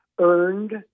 earned